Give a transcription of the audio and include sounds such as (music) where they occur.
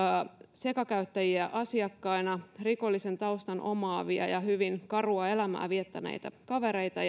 sekakäyttäjiä asiakkaina rikollisen taustan omaavia ja hyvin karua elämää viettäneitä kavereita (unintelligible)